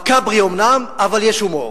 מקאברי אומנם, אבל יש הומור.